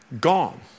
gone